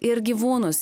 ir gyvūnus